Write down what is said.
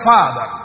Father